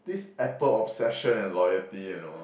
this Apple obsession and loyalty you know